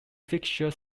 fixture